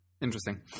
Interesting